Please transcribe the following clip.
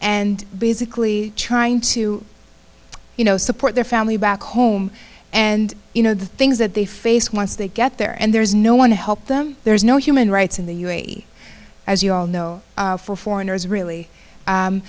and basically trying to you know support their family back home and you know the things that they face once they get there and there's no one to help them there's no human rights in the u a e as you all know for foreigners really